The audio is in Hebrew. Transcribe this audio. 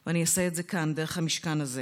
ואני אעשה את זה כאן דרך המשכן הזה.